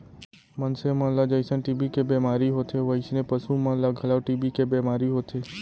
मनसे मन ल जइसन टी.बी के बेमारी होथे वोइसने पसु मन ल घलौ टी.बी के बेमारी होथे